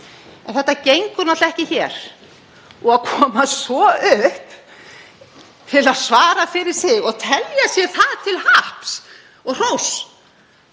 En þetta gengur ekki hér, og að koma svo upp til að svara fyrir sig og telja sér það til happs og hróss